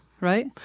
right